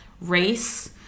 race